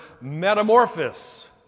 metamorphosis